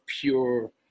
pure